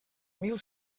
mil